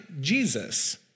Jesus